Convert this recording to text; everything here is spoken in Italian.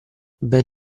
ben